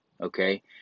Okay